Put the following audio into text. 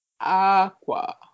Aqua